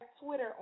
Twitter